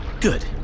Good